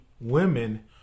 women